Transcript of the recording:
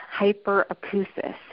hyperacusis